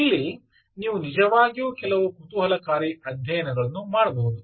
ಇಲಿ ನೀವು ನಿಜವಾಗಿಯೂ ಕೆಲವು ಕುತೂಹಲಕಾರಿ ಅಧ್ಯಯನಗಳನ್ನು ಮಾಡಬಹುದು